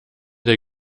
der